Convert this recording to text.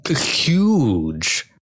huge